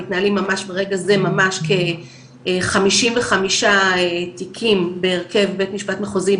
מתנהלים ממש ברגע זה כ-55 תיקים בהרכב בית משפט מחוזי,